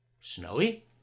Snowy